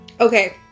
okay